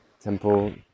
temple